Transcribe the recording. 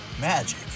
magic